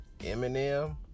Eminem